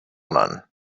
none